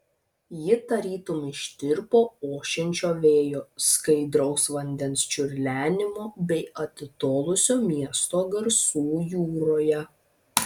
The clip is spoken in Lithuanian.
ji tarytum ištirpo ošiančio vėjo skaidraus vandens čiurlenimo bei atitolusio miesto garsų jūroje